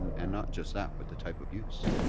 and not just that, but the type of use.